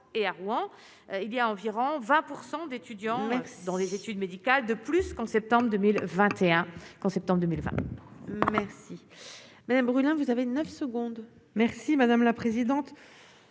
et à Rouen, il y a environ 20 % d'étudiants dans des études médicales de plus qu'en septembre 2021